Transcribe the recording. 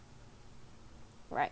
right